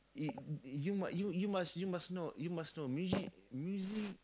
y~ y~ you ma~ you you must you must know you must know music music